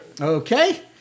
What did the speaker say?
Okay